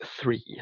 three